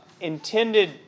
intended